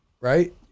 right